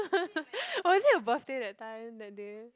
or is it your birthday that time that day